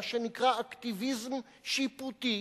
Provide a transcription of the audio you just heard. מה שנקרא אקטיביזם שיפוטי,